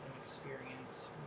experience